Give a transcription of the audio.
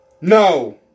No